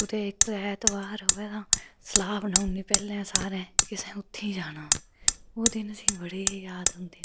कुतै इक ऐतवार आवै ते सलाह् बनाई ओड़नी पैह्ले सारें गै कि असें उत्थै जाना ओह् दिन असें गी बड़े याद औंदे